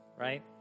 right